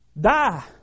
die